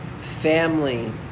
family